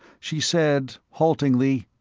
she said haltingly,